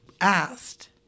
asked